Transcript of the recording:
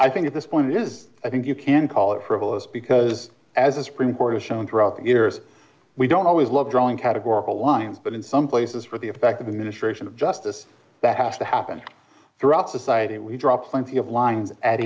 i think at this point is i think you can call it frivolous because as a supreme court has shown throughout the years we don't always love drawing categorical lines but in some places for the effect of the ministration of justice that have to happen throughout society we draw plenty of line at